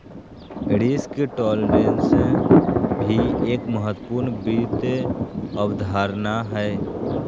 risk tolerance भी एक महत्वपूर्ण वित्त अवधारणा हय